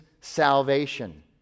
salvation